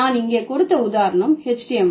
நான் இங்கே கொடுத்த உதாரணம் HTML